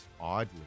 Oddly